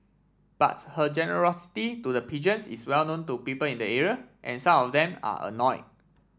but her generosity to the pigeons is well known to people in the area and some of them are annoyed